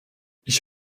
ich